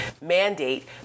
mandate